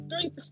three